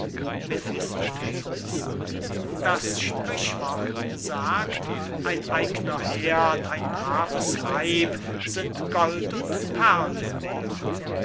das sprichwort sagt ein eigner herd ein braves weib sind gold und perlen